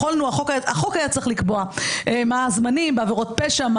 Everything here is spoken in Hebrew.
החוק היה צריך לקבוע מהם הזמנים בעבירות פשע.